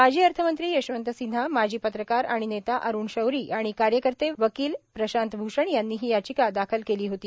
माजी अर्थमंत्री यषवंत सिन्हा माजी पत्रकार आणि नेता अरूण शौरी आणि कार्यकर्ते वकील प्रशांत भूषण यांनी ही याचिका दाखल केली होती